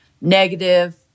negative